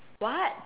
what